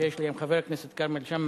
שיש לי עם חבר הכנסת כרמל שאמה,